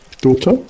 Daughter